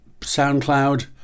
Soundcloud